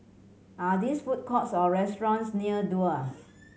are this food courts or restaurants near Duo